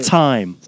time